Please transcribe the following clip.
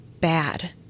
bad